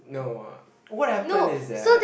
no ah what happen is that